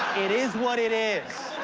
it is what it is.